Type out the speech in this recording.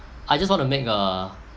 I just want to make a